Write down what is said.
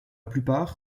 plupart